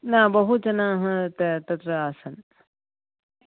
न बहुजनः तत्र आसन्